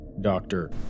Doctor